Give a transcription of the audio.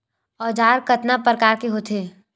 औजार कतना प्रकार के होथे?